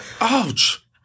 Ouch